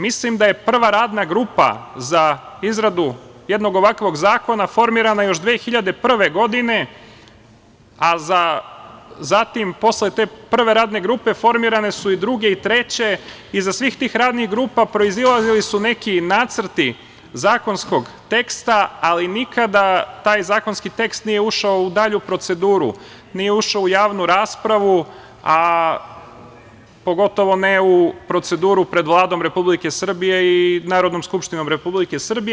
Mislim da je prva radna grupa za izradu jednog ovakvog zakona formirana još 2001. godine, a zatim posle te prve radne grupe, formirane su i druge i treće i iz svih tih radnih grupa proizilazili su neki nacrti i zakonskog teksta, ali nikada taj zakonski tekst nije ušao u dalju proceduru, nije ušao u javnu raspravu, pogotovo ne u proceduru pred Vladom Republike Srbije i Narodnom skupštinom Republike Srbije.